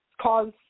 cause